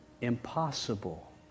impossible